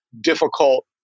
difficult